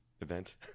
event